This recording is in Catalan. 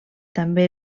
també